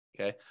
Okay